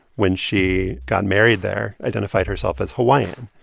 when she got married there, identified herself as hawaiian.